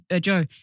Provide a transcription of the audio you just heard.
Joe